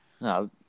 No